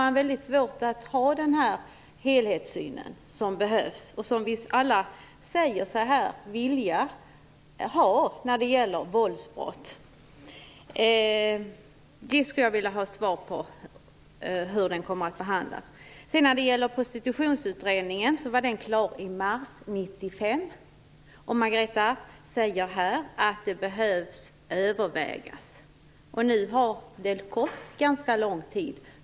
Det blir då svårt att få den helhetssyn som alla här säger sig vilja ha i frågor om våldsbrott. Jag skulle vilja ha besked om hur detta kommer att behandlas. Prostitutionsutredningen var klar i mars 1995, och Margareta Sandgren säger här att den behöver övervägas. Det har nu gått ganska lång tid.